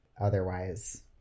otherwise